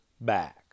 back